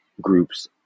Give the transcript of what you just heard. groups